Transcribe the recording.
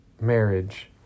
marriage